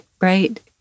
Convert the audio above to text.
right